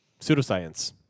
pseudoscience